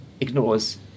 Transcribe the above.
ignores